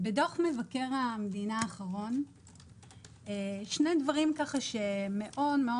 בדוח מבקר המדינה האחרון שני דברים שמאוד מאוד